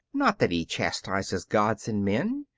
not that he chastises gods and men,